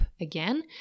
again